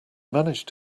managed